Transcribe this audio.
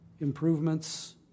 improvements